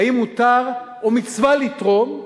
האם מותר או מצווה לתרום?